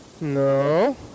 No